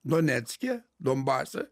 donecke donbase